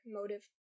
motive